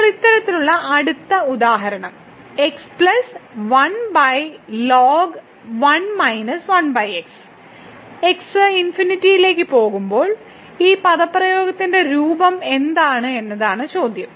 ഇപ്പോൾ ഇത്തരത്തിലുള്ള അടുത്ത ഉദാഹരണം x ലേക്ക് പോകുമ്പോൾ ഈ പദപ്രയോഗത്തിന്റെ രൂപം എന്താണ് എന്നതാണ് ചോദ്യം